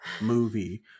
movie